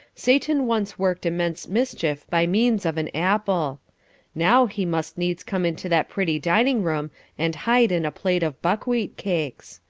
satan once worked immense mischief by means of an apple now he must needs come into that pretty dining-room and hide in a plate of buckwheat cakes.